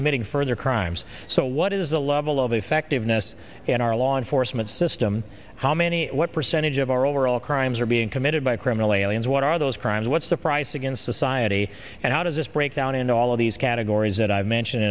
committing further crimes so what is the level of effectiveness in our law enforcement system how many what percentage of our overall crimes are being committed by criminal aliens what are those crimes what's the price against society and how does this breakdown in all of these categories that i've mentioned